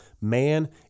man